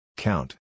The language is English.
Count